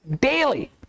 Daily